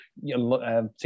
particularly